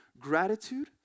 gratitude